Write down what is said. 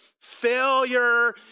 failure